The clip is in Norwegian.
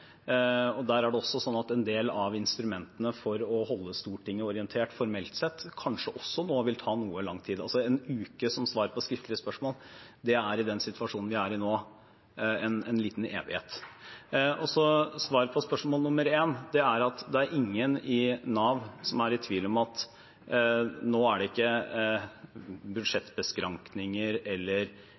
En del av instrumentene for å holde Stortinget orientert formelt sett gjør kanskje også at det tar noe lang tid. Altså: En uke for å få svar på skriftlige spørsmål i den situasjonen vi er i nå, er en liten evighet. Svaret på spørsmål nummer én er at det er ingen i Nav som nå er i tvil. Det er ikke budsjettbeskrankninger eller